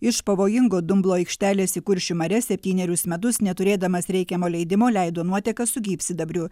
iš pavojingo dumblo aikštelės į kuršių marias septynerius metus neturėdamas reikiamo leidimo leido nuotekas su gyvsidabriu